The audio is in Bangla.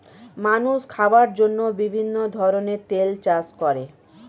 মানুষ খাওয়ার জন্য বিভিন্ন ধরনের তেল চাষ করে